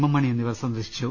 M Mani എന്നിവർ സന്ദർശിച്ചു